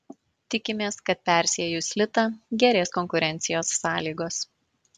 tikimės kad persiejus litą gerės konkurencijos sąlygos